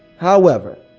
however,